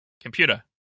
computer